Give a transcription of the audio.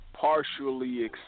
Partially